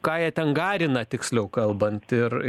ką jie ten garina tiksliau kalbant ir